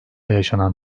yaşanan